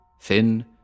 thin